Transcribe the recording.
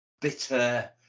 bitter